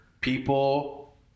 people